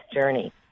journey